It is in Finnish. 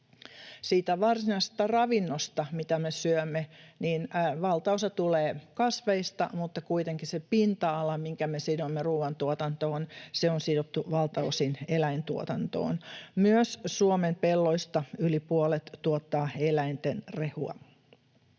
Siitä varsinaisesta ravinnosta, mitä me syömme, valtaosa tulee kasveista, mutta kuitenkin se pinta-ala, minkä me sidomme ruuantuotantoon, on sidottu valtaosin eläintuotantoon. Myös Suomen pelloista yli puolet tuottaa eläinten rehua.